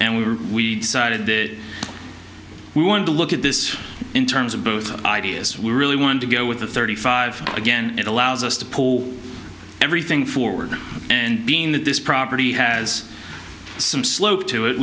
and we were we decided that we wanted to look at this in terms of both ideas we really want to go with the thirty five again it allows us to pull everything forward and being that this property has some slope to it